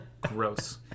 Gross